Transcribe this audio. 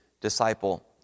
disciple